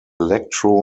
electro